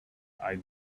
eyed